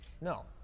No